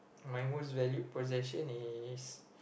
my most valued possession is